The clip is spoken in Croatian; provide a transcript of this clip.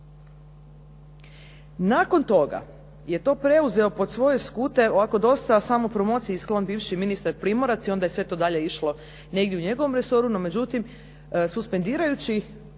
Nakon toga je to preuzeo pod svoje skute ovako dosta samopromociji i sklon bivši ministar Primorac i onda je to sve dalje išlo negdje u njegovom resoru, no međutim suspendirajući